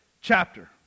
chapter